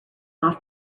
off